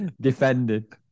defended